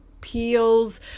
peels